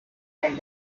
and